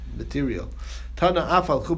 material